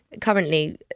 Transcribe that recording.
currently